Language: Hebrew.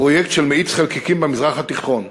פרויקט של מאיץ חלקיקים במזרח התיכון,